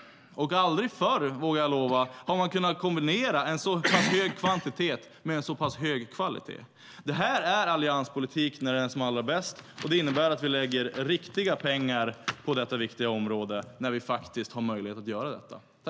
Och aldrig förr, vågar jag lova, har man kunnat kombinera en så pass hög kvantitet med en så pass hög kvalitet. Det här är allianspolitik när den är som allra bäst. Det innebär att vi lägger riktiga pengar på detta viktiga område när vi faktiskt har möjlighet att göra detta.